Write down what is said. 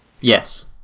Yes